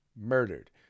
murdered